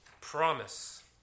promise